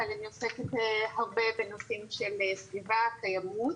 אבל אני עוסקת הרבה בנושאים של סביבה וקיימות,